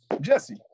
Jesse